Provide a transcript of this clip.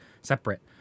separate